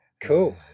cool